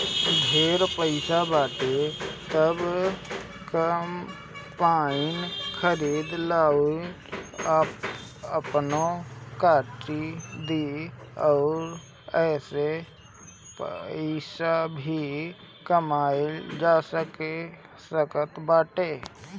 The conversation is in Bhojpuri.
ढेर पईसा बाटे त कम्पाईन खरीद लअ इ आपनो काम दी अउरी एसे पईसा भी कमाइल जा सकत बाटे